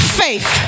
faith